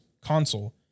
console